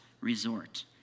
resort